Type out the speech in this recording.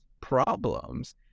problems